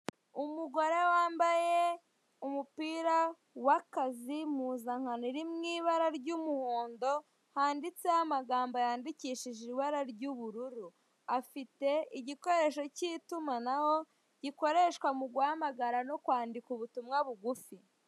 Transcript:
Umugore wambaye umupira w'akazi mpuzankano iri mu ibara ry'umuhondo handitseho amagambo yandikishije ibara ry'ubururu. Afite igikoresho cy'itumanaho gikoreshwa mu guhamagara no kwandika ubutumwa bugufi.